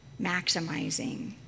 maximizing